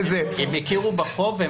הם הכירו בחוב.